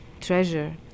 Treasure